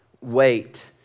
wait